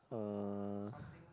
uh